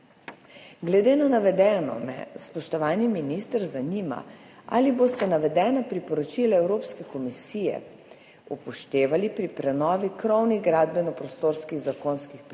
Glede na navedeno me, spoštovani minister, zanima: Ali boste navedena priporočila Evropske komisije upoštevali pri prenovi krovnih gradbeno-prostorskih zakonskih predpisov, ki